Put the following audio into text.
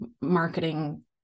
marketing